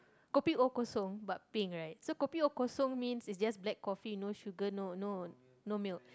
kopi O Kosong but peng right so kopi O Kosong means it just black coffee no sugar no no no milk